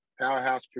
Powerhouse